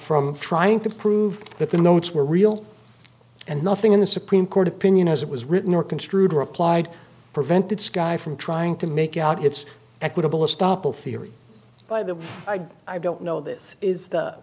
from trying to prove that the notes were real and nothing in the supreme court opinion as it was written or construed replied prevented sky from trying to make out it's equitable stoppel theory by the i don't know this is the